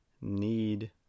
need